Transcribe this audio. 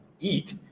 eat